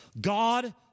God